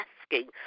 asking